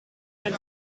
ein